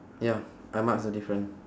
ya I marks the different